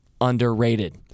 underrated